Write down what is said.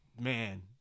man